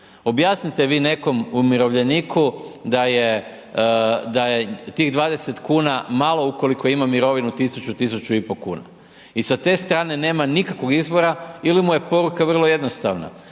Objasnite vi nekom umirovljeniku da je tih 20 kuna malo ukoliko ima mirovinu 1000, 1500 kuna i sa te strane nema nikakvog izbora ili mu je poruka vrlo jednostavno.